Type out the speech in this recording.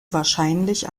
wahrscheinlich